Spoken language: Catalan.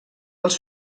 dels